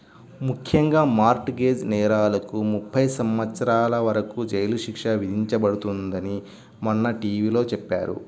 ముఖ్యంగా mortgage నేరాలకు ముప్పై సంవత్సరాల వరకు జైలు శిక్ష విధించబడుతుందని మొన్న టీ.వీ లో చెప్పారు